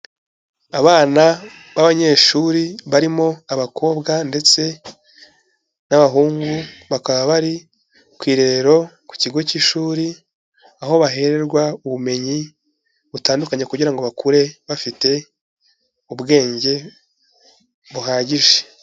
Abana b'abanyeshuri barimo abakobwa ndetse n'abahungu, bakaba bari ku irerero ku kigo cy'ishuri, aho bahererwa ubumenyi butandukanye kugira ngo bakure bafite ubwenge buhagije.